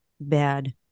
bad